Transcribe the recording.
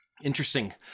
Interesting